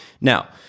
Now